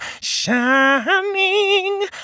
shining